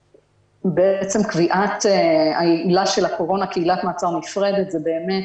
שבעצם קביעת העילה של הקורונה כעילת מעצר נפרדת זה באמת